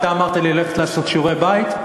אתה אמרת לי ללכת לעשות שיעורי בית,